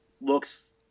looks